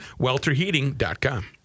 welterheating.com